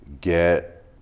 get